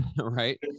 right